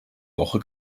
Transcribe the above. woche